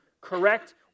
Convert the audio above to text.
correct